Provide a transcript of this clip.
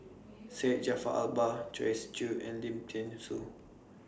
Syed Jaafar Albar Joyce Jue and Lim Thean Soo